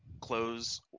close